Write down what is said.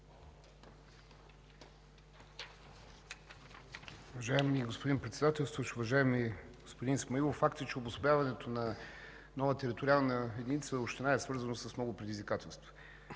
Уважаеми господин Председателстващ, уважаеми господин Исмаилов! Факт е, че обособяването на нова териториална единица и община е свързано с много предизвикателства.